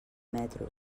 metro